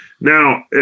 Now